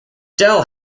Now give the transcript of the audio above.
del